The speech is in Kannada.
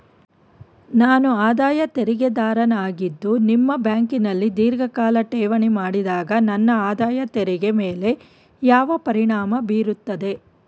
ನಾನು ಆದಾಯ ತೆರಿಗೆದಾರನಾಗಿದ್ದು ನಿಮ್ಮ ಬ್ಯಾಂಕಿನಲ್ಲಿ ಧೀರ್ಘಕಾಲ ಠೇವಣಿ ಮಾಡಿದಾಗ ನನ್ನ ಆದಾಯ ತೆರಿಗೆ ಮೇಲೆ ಯಾವ ಪರಿಣಾಮ ಬೀರುತ್ತದೆ?